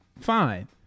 fine